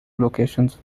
locations